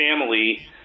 family